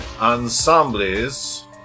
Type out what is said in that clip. Ensembles